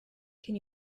can